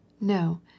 No